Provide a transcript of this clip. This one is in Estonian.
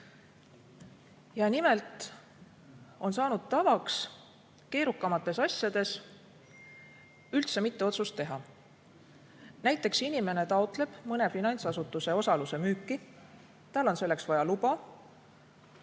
Nimelt on saanud tavaks keerukamates asjades üldse mitte otsust teha. Näiteks, inimene taotleb mõne finantsasutuse osaluse müüki. Tal on selleks vaja luba.